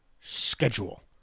schedule